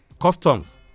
customs